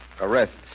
Arrests